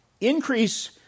Increase